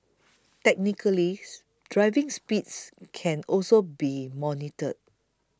technically driving speeds can also be monitored